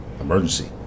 Emergency